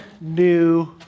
new